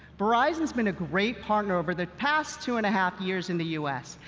verizon's been a great partner over the past two and a half years in the us.